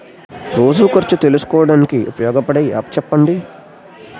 రోజు ఖర్చు తెలుసుకోవడానికి ఉపయోగపడే యాప్ చెప్పండీ?